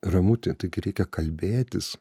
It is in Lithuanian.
ramutė taigi reikia kalbėtis